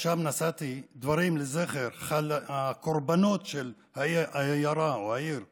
ששם נשאתי דברים לזכר הקורבנות של העיר לופוחובה,